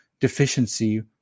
deficiency